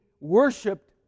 worshipped